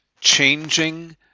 changing